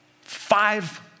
five